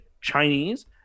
Chinese